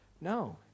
No